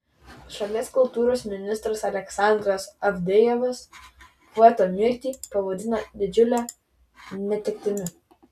šalies kultūros ministras aleksandras avdejevas poeto mirtį pavadino didžiule netektimi